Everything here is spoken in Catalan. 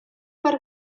per